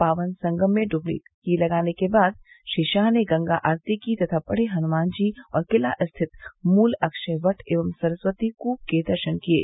पावन संगम में डुबकी लगाने के बाद श्री शाह ने गंगा आरती की तथा बड़े हनुमान जी और किला स्थित मूल अक्षय वट एवं सरस्वती कूप के दर्शन किये